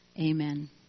Amen